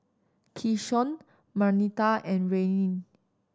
Keshaun Marnita and Rayne